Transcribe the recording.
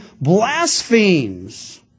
blasphemes